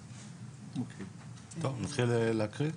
טוב, נתחיל להקריא?